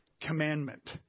commandment